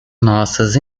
nossas